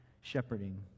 shepherding